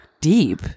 Deep